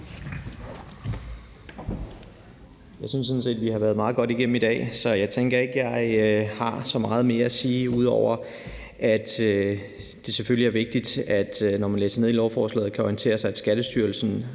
Jeg synes sådan set, vi har været meget godt igennem i dag, så jeg tænker ikke, at jeg har så meget mere at sige, ud over at det selvfølgelig er vigtigt, at når man læser ned i lovforslaget, kan man orientere sig om, at Skattestyrelsen